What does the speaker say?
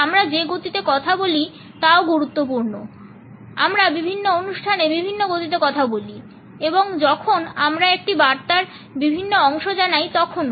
আমরা যে গতিতে কথা বলি তাও গুরুত্বপূর্ণ আমরা বিভিন্ন অনুষ্ঠানে বিভিন্ন গতিতে কথা বলি এবং যখন আমরা একটি বার্তার বিভিন্ন অংশ জানাই তখনও